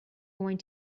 going